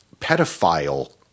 pedophile